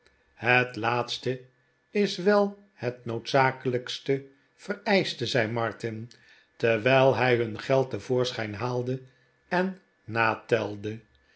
het laatste is wel het noodzakelijkste vereischte zei martin terwijl hij nun geld te voorschijn haalde en natelde